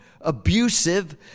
abusive